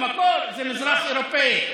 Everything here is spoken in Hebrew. במקור זה מזרח אירופי.